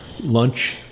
Lunch